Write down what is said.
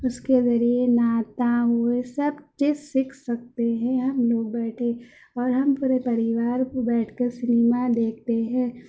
اس کے ذریعہ نعتیں وہ سب چیز سیکھ سکتے ہیں ہم لوگ بیٹھے اور ہم پورے پریوار بیٹھ کر سنیما دیکھتے ہیں